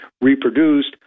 reproduced